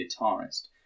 guitarist